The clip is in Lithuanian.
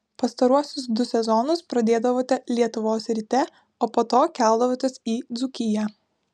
pastaruosius du sezonus pradėdavote lietuvos ryte o po to keldavotės į dzūkiją